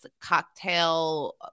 cocktail